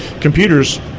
computers